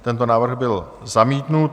Tento návrh byl zamítnut.